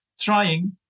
trying